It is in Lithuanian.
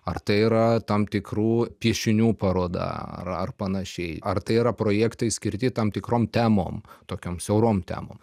ar tai yra tam tikrų piešinių paroda ar ar panašiai ar tai yra projektai skirti tam tikrom temom tokiom siaurom temom